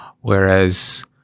Whereas